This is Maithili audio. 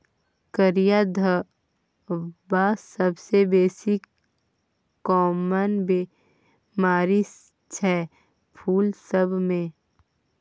करिया धब्बा सबसँ बेसी काँमन बेमारी छै फुल सब मे